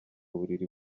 uburiri